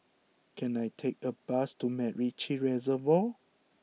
can I take a bus to MacRitchie Reservoir